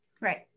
Right